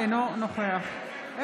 נגד אלכס קושניר?